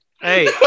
Hey